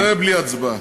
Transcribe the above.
זה בלי הצבעה.